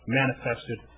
manifested